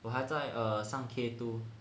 我还在 err 上 K two